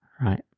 Right